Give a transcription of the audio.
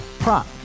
Prop